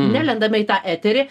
nelendame į tą eterį